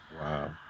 Wow